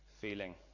feeling